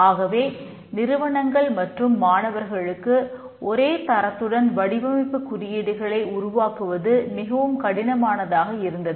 ஆகவே நிறுவனங்கள் மற்றும் மாணவர்களுக்கு ஒரே தரத்துடன் வடிவமைப்பு குறியீடுகளை உருவாக்குவது மிகவும் கடினமானதாக இருந்தது